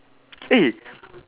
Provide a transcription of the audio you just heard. eh